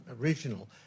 original